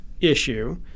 issue